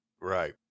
Right